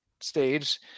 stage